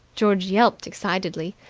george yelped excitedly.